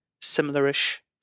similar-ish